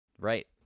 Right